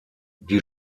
die